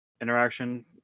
interaction